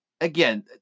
Again